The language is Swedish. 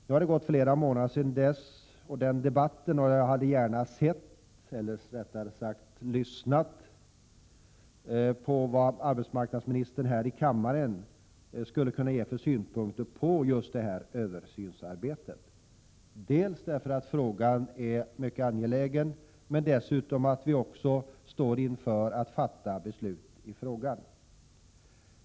Nu har det gått flera månader sedan dess och den debatten, och jag hade gärna lyssnat på vad arbetsmarknadsministern här i kammaren skulle kunna ge för synpunkter på just översynsarbetet, dels därför att frågan är mycket angelägen, dels därför att vi står inför att fatta beslut i den.